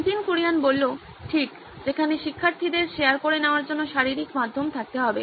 নীতিন কুরিয়ান ঠিক যেখানে শিক্ষার্থীদের শেয়ার করে নেওয়ার জন্য শারীরিক মাধ্যম থাকতে হবে